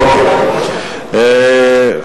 אוקיי.